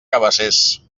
cabacés